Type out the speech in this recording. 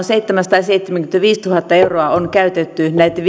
seitsemänsataaseitsemänkymmentäviisituhatta euroa on käytetty näitten